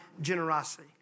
generosity